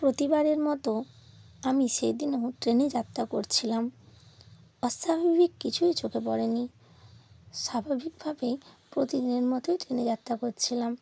প্রতিবারের মতো আমি সেদিনও ট্রেনে যাত্রা করছিলাম অস্বাভাবিক কিছুই চোখে পড়েনি স্বাভাবিকভাবে প্রতিদিনের মতোই ট্রেনে যাত্রা করছিলাম